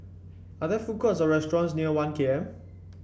are there food courts or restaurants near One K M